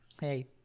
Hey